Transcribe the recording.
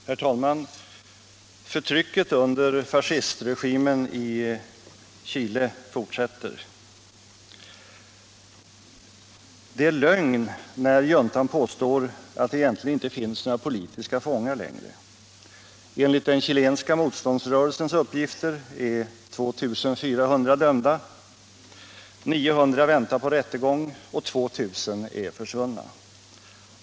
Herr talman! Förtrycket under fascistregimen fortsätter i Chile. Det är lögn när juntan påstår att det egentligen inte finns några politiska 132 fångar längre. Enligt den chilenska motståndsrörelsens uppgifter är 2 400 dömda, 900 väntar på rättegång och 2 000 är försvunna.